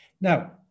Now